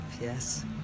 yes